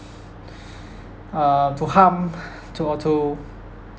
uh to harm to or to